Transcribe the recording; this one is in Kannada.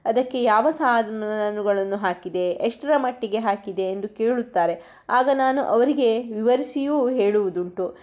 ಅದಕ್ಕೆ ಯಾವ ಸಾಮಾನುಗಳನ್ನು ಹಾಕಿದೆ ಎಷ್ಟರ ಮಟ್ಟಿಗೆ ಹಾಕಿದೆ ಎಂದು ಕೇಳುತ್ತಾರೆ ಆಗ ನಾನು ಅವರಿಗೆ ವಿವರಿಸಿಯೂ ಹೇಳುವುದುಂಟು